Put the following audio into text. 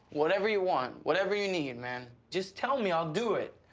whatever you want, whatever you need, man. just tell me, i'll do it.